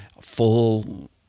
full